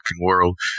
world